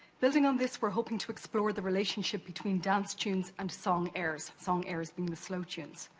building on this, we're hoping to explore the relationship between dance tunes and song airs, song airs being the slow tunes.